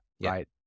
Right